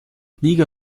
liga